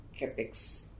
CAPEX